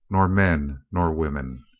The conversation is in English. nor men nor women.